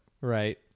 Right